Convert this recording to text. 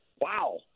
Wow